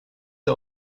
the